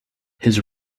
his